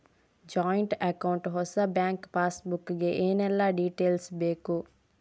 Joint account ಹೊಸ bank passbook ಗೆ ಏನೆಲ್ಲ ಡೀಟೇಲ್ಸ್ ಬೇಕು?